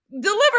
deliver